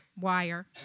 wire